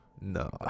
no